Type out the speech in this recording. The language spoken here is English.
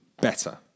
better